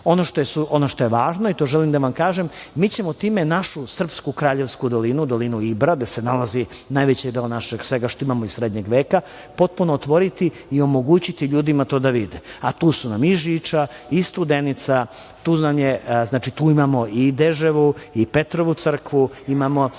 što je važno i to želim da vam kažem, mi ćemo time našu srpsku kraljevsku dolinu, dolinu Ibra, gde se nalazi najveći deo svega što imamo iz srednjeg veka, potpuno otvoriti i omogućiti ljudima to da vide, a tu su nam i Žiča, i Studenica, Tuznanje , imamo Deževu i Petrovu crkvu, imamo